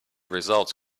results